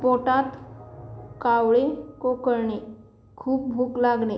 पोटात कावळे कोकलणे खूप भूक लागणे